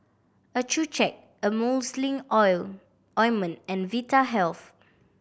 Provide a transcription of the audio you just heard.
Accucheck Emulsying ointment and Vitahealth